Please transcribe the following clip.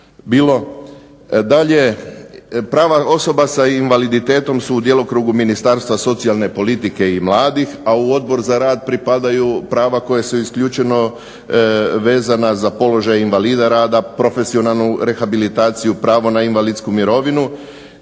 bilo. Dalje, prava osoba sa invaliditetom su u djelokrugu Ministarstva socijalne politike i mladih, a u Odbor za rad pripadaju prava koja su isključivo vezana za položaj invalida rada, profesionalnu rehabilitaciju, pravo na invalidsku mirovinu